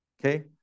okay